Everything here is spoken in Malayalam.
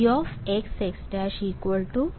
അതിനാൽ Gxx′